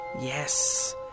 Yes